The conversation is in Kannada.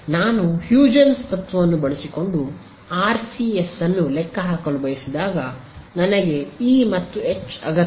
ನಾನು ಹ್ಯೂಜೆನ್ಸ್ ತತ್ವವನ್ನು ಬಳಸಿಕೊಂಡು ಆರ್ಸಿಎಸ್ ಅನ್ನು ಲೆಕ್ಕಹಾಕಲು ಬಯಸಿದಾಗ ನನಗೆ ಇ ಮತ್ತು ಹೆಚ್ ಅಗತ್ಯವಿದೆ